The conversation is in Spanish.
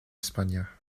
españa